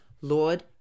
Lord